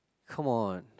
come on